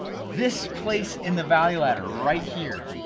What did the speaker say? this place in the value ladder, right here,